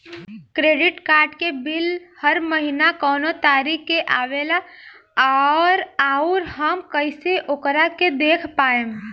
Credit card के bill हर महीना कौना तारीक के आवेला और आउर हम कइसे ओकरा के देख पाएम?